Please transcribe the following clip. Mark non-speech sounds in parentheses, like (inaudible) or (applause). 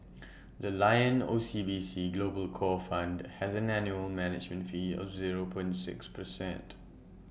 (noise) the lion O C B C global core fund has an annual management fee of zero point six percent